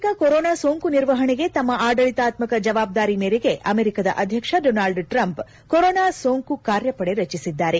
ಮಾರಣಾಂತಿಕ ಕೊರೋನಾ ಸೋಂಕು ನಿರ್ವಹಣೆಗೆ ತಮ್ಮ ಆಡಳಿತಾತ್ಮಕ ಜವಾಬ್ದಾರಿ ಮೇರೆಗೆ ಅಮೆರಿಕದ ಅಧ್ಯಕ್ಷ ಡೋನಾಲ್ಡ್ ಟ್ರಂಪ್ ಕೊರೋನಾ ಸೋಂಕು ಕಾರ್ಯಪಡೆ ರಚಿಸಿದ್ದಾರೆ